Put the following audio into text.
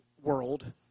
world